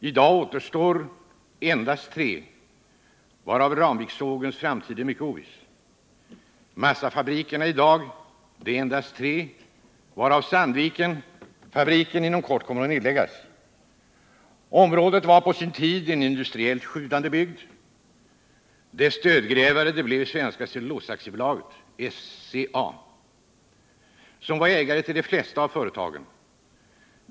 I dag återstår endast tre, varav Ramviksågens framtid är mycket oviss. Massafabrikernas anta i dag endast tre, varav Sandvikenfabriken inom kort kommer att nedläggas. Området var på sin tid en industriellt sjudande bygd. Dess dödgrävare blev Svenska Cellulosa AB, SCA, som var ägare till de flesta av företagen.